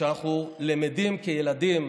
כשאנחנו למדים כילדים